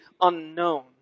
unknown